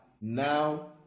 now